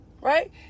Right